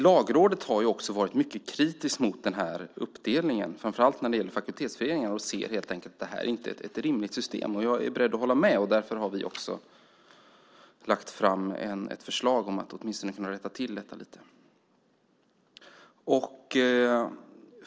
Lagrådet har också varit mycket kritiskt mot den här uppdelningen, framför allt när det gäller fakultetsföreningar, och ser helt enkelt att det här inte är ett rimligt system. Jag är beredd att hålla med. Därför har vi också lagt fram ett förslag om att åtminstone kunna rätta till detta lite.